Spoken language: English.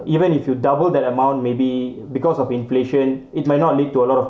even if you double that amount maybe because of inflation it might not lead to a lot of